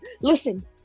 Listen